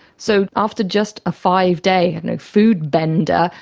so after just a five-day food bender,